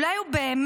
אולי הוא באמת